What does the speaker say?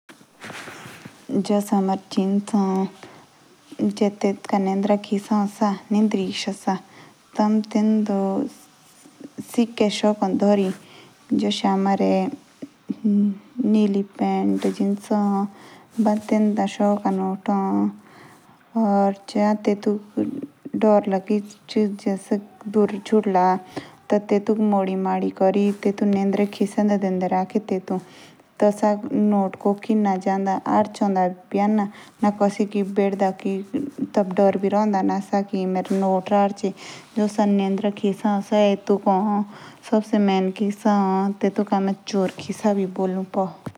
जश हमारी जिन्स ए। ते जो तेतु पांडा खिसा ए। सा ते टेंडी आमे सी चीज़ शकु धरे जो निली जेन की ए। तेंदी हमें सौ का नोट शकु राखे।